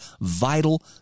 vital